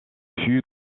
fut